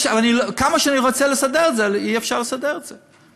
כמה שאני רוצה לסדר את זה, אי-אפשר לסדר את זה.